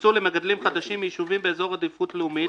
יוקצו למגדלים חדשים מיישובים באזור עדיפות לאומית,